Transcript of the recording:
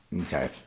Okay